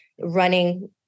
running